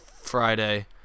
Friday